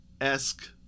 esque